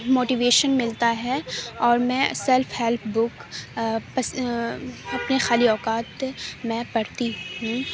motivation ملتا ہے اور میں سیلف ہیلپ بک پس اپنے خالی اوقات میں پڑھتی ہوں